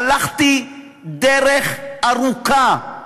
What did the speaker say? הלכתי דרך ארוכה,